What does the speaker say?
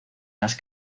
las